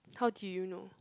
how do you know